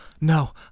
no